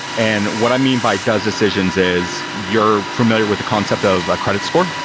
and what i mean by does decisions is you're familiar with the concept of a credit score.